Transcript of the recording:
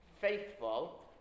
Faithful